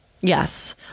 Yes